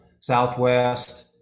southwest